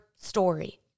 story